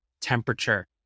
temperature